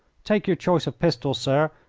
take your choice of pistols, sir,